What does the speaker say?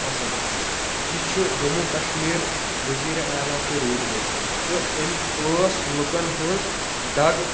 پسنٛد یہِ چھُ جموں کشمیٖر ؤزیٖرِ اعلی تہِ روٗدمُت تہٕ أمس ٲس لوٗکن ہنٛز دگ